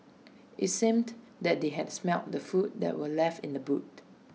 IT seemed that they had smelt the food that were left in the boot